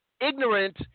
ignorant